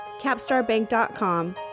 capstarbank.com